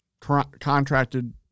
contracted